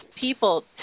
people